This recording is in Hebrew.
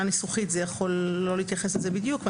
ניסוחית זה יכול לא להתייחס לזה בדיוק.